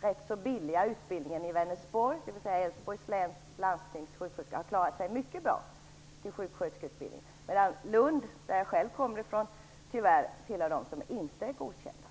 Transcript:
rätt billiga sjuksköterskeutbildningen i Vänersborg, dvs. för Älvsborgs läns landstings sjuksköterskor, har klarat sig mycket bra, medan Lund, som jag kommer från, tyvärr tillhör dem som inte är godkända.